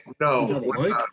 No